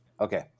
Okay